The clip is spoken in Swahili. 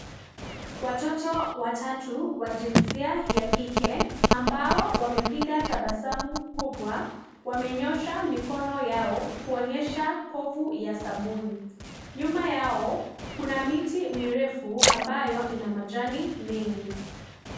Watoto watatu wa jinsia ya kike ambao wamepiga tabasamu kubwa wamenyosha mikono yao kuonyesha povu ya sabuni. Nyuma yao kuna miti mirefu ambayo ina majani mengi.